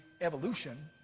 evolution